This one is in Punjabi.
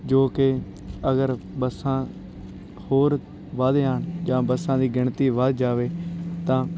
ਜੋ ਕਿ ਅਗਰ ਬੱਸਾਂ ਹੋਰ ਵਧ ਜਾਣ ਜਾਂ ਬੱਸਾਂ ਦੀ ਗਿਣਤੀ ਵਧ ਜਾਵੇ ਤਾਂ